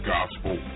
Gospel